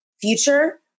future